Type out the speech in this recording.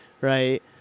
right